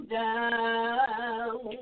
down